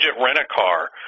rent-a-car